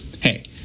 Hey